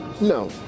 No